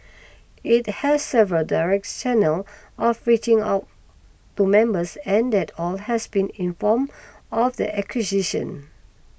it has several direct channels of reaching out to members and that all has been informed of the acquisition